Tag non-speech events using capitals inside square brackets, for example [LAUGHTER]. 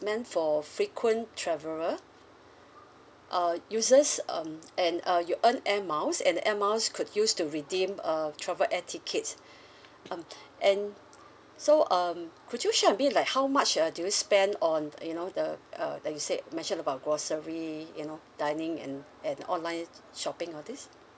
meant for frequent traveller uh uses um and uh you earn air miles and the air miles could used to redeem uh travel air tickets [BREATH] um and so um could you share with me like how much ah do you spend on you know the uh like you said mentioned about grocery you know dining and and online shopping all these